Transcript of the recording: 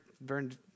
burned